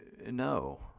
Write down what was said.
no